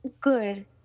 Good